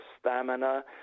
stamina